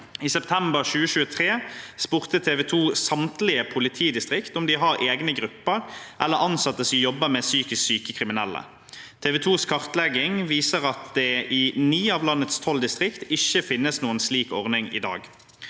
I september 2023 spurte TV 2 samtlige politidistrikt om de har egne grupper eller ansatte som jobber med psykisk syke kriminelle. TV 2s kartlegging viser at det i ni av landets tolv distrikt ikke finnes noen slik ordning i dag.